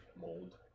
mold